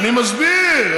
אני מסביר.